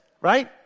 right